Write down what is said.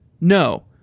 No